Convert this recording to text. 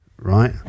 Right